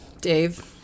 Dave